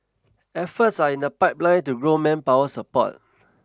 efforts are in the pipeline to grow manpower support